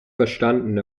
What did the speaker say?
verstanden